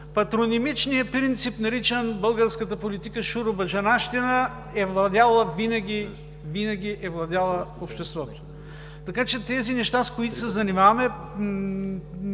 патронимичният принцип, наричан в българската политика „шуробаджанащина“, винаги е владял обществото. Така че тези неща, с които се занимаваме,